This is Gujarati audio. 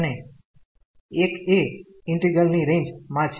અને 1 એ ઈન્ટિગ્રલ ની રેન્જ માં છે